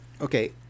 okay